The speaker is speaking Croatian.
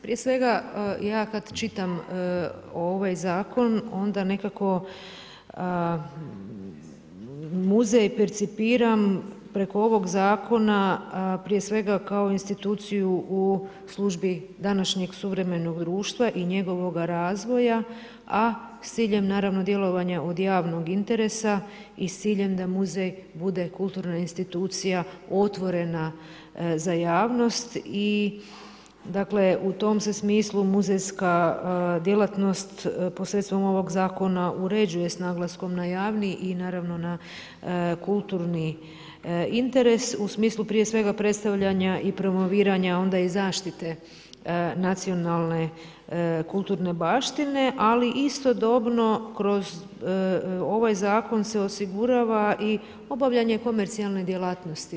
Prije svega ja kada čitam ovaj zakon onda nekako muzej percipiram preko ovog zakona, prije svega kao instituciju u službi današnjeg suvremenog društva i njegovoga razvoja a s ciljem naravno djelovanja od javnog interesa i s ciljem da muzej bude kulturna institucija otvorena za javnost i dakle u tom se smislu muzejska djelatnost posredstvom ovog zakona uređuje s naglaskom na javni i naravno na kulturni interes u smislu prije svega predstavljanja i promoviranja, onda i zaštite nacionalne, kulturne baštine ali istodobno kroz ovaj zakon se osigurava i obavljanje komercijalne djelatnosti.